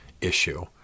issue